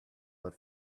but